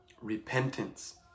repentance